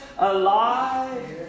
Alive